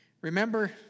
Remember